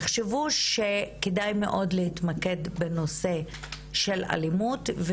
יחשבו שכדאי מאוד להתמקד בנושא של אלימות ,